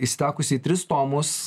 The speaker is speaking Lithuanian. įsitekusi į tris tomus